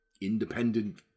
independent